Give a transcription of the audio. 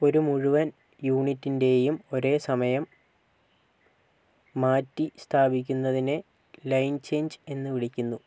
ഒരു മുഴുവൻ യൂണിറ്റിന്റെയും ഒരേസമയം മാറ്റി സ്ഥാപിക്കുന്നതിനെ ലൈൻ ചേഞ്ച് എന്നു വിളിക്കുന്നു